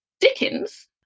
Dickens